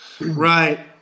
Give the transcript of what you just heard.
Right